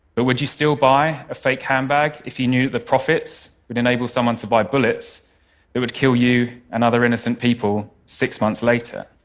but would you still buy a fake handbag if you knew the profits would enable someone to buy bullets that would kill you and other innocent people six months later?